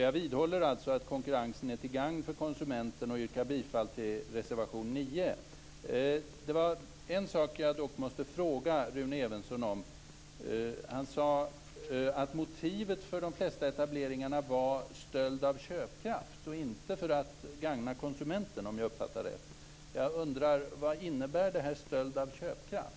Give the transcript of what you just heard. Jag vidhåller alltså att konkurrensen är till gagn för konsumenten och yrkar bifall till reservation 9. Det var en sak som jag dock måste fråga Rune Evensson om. Han sade att motivet för de flesta etableringarna var stöld av köpkraft och inte att gagna konsumenten om jag uppfattade det rätt. Jag undrar: Vad innebär det här med stöld av köpkraft?